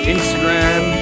Instagram